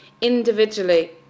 individually